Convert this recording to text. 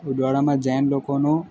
ઉદવાડામાં જૈન લોકોનું